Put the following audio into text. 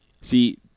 see